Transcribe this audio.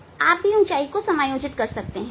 आप ही ऊंचाई को समायोजित कर सकते हैं